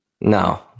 No